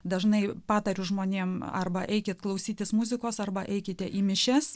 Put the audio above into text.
dažnai patariu žmonėms arba eiti klausytis muzikos arba eikite į mišias